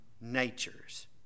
natures